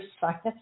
science